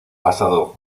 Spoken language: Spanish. pasado